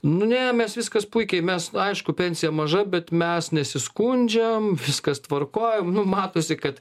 nu ne mes viskas puikiai mes aišku pensija maža bet mes nesiskundžiam viskas tvarkoj nu matosi kad